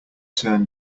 turn